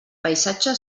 paisatge